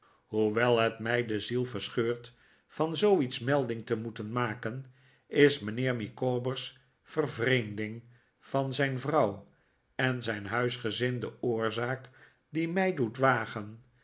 hoewel het mij de ziel verscheurt van zooiets melding te moeten maken is mijnheer micawber's vervreemding van zijn vrouw en zijn huisgezin de oorzaak die mij doet wagen